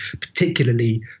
particularly